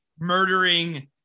murdering